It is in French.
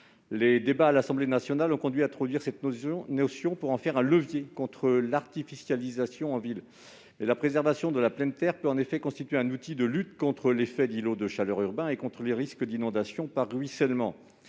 Les débats à l'Assemblée nationale ont conduit à introduire cette notion pour en faire un levier contre l'artificialisation en ville. La préservation de la pleine terre peut en effet constituer un outil de lutte contre l'effet d'îlot de chaleur urbain et contre les risques d'inondation par ruissellement.